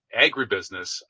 agribusiness